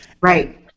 Right